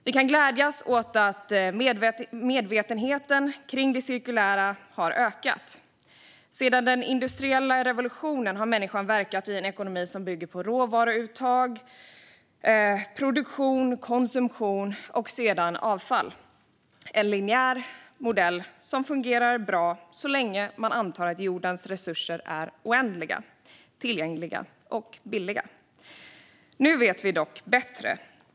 Vi kan glädjas åt att medvetenheten kring det cirkulära har ökat. Sedan den industriella revolutionen har människan verkat i en ekonomi som bygger på råvaruuttag, produktion, konsumtion och sedan avfall - en linjär modell som fungerar bra så länge man antar att jordens resurser är oändliga, tillgängliga och billiga. Nu vet vi bättre.